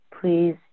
please